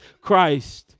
Christ